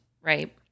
right